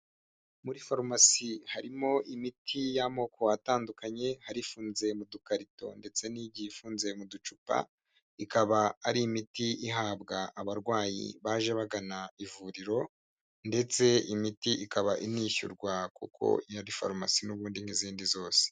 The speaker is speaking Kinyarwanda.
Muri farumasi harimo imiti y'amoko atandukanye hari ifunze mu dukarito ndetse n'igiyi ifunze mu ducupa, ikaba ari imiti ihabwa abarwayi baje bagana ivuriro ndetse imiti ikaba inishyurwa kuko ari farumasi n'ubundi n'izindi zose.